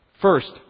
First